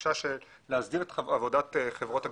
ובקשה להסדיר את עבודת חברות הגבייה.